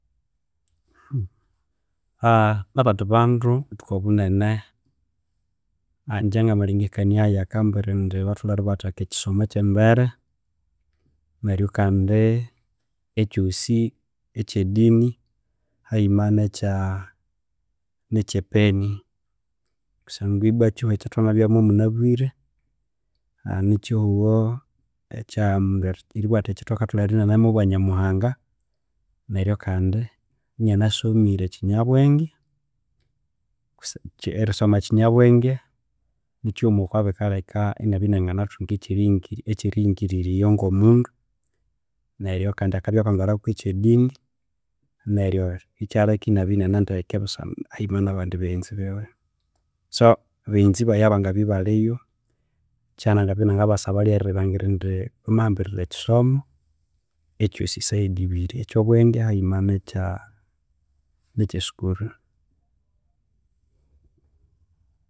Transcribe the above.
abandi bandu obuthuku obunene ingye nga malhengekania aghi batholhere ebatheka ekisomo kye mbere neryo kando ekyosi ekye dini haghima nekya epeni kusangwa ibwa ekihugho ekyathwamabyamu munabwire nikihugho ekya omundu eribugha athi akithoke atholhere enabyamu obwa nyamuhanga neryo kandi enianasomire kinyabwenge kusangwa erisoma kinyabwenge nikighuma okwa bikalheka enathunga ekyerighingirirya eyo ngo mundu neryo kandi akabya ako ngera ku ekyedini neryo ekyalheka enabya enanendeke haghima na baghenzi biwe so baghenzi baghe abangabya ebalhiyu ekyanangabya enangabasaba ryerilhangira indi bamahambirira ekisomo ekyosi side ibiri ekyobwenge nekye sukuru.